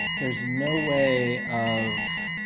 there's no way of